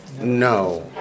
No